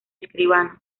escribano